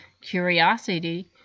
curiosity